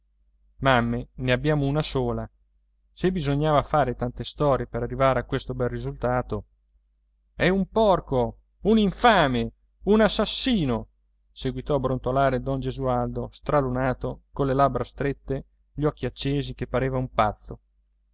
mamme ne abbiamo una sola se bisognava fare tante storie per arrivare a questo bel risultato è un porco un infame un assassino seguitò a brontolare don gesualdo stralunato colle labbra strette gli occhi accesi che pareva un pazzo